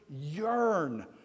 yearn